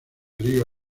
río